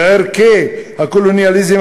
וערכי הקולוניאליזם,